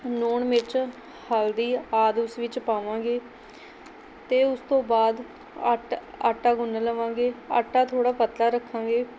ਲੂਣ ਮਿਰਚ ਹਲਦੀ ਆਦਿ ਉਸ ਵਿੱਚ ਪਾਵਾਂਗੇ ਅਤੇ ਉਸ ਤੋਂ ਬਾਅਦ ਆਟ ਆਟਾ ਗੁੰਨ ਲਵਾਂਗੇ ਆਟਾ ਥੋੜ੍ਹਾ ਪਤਲਾ ਰੱਖਾਂਗੇ